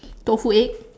tofu egg